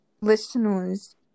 listeners